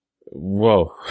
Whoa